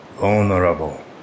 Vulnerable